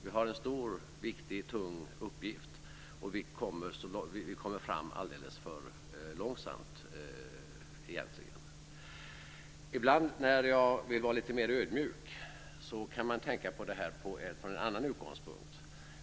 Vi har en stor, viktig och tung uppgift, och vi kommer fram alldeles för långsamt. Ibland när jag vill vara lite mer ödmjuk kan jag tänka på det utifrån en annan utgångspunkt.